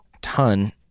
ton –